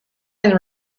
and